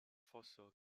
fossero